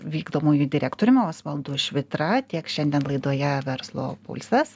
vykdomuoju direktoriumi osvaldu švitra tiek šiandien laidoje verslo pulsas